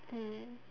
mm